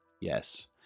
Yes